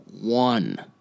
one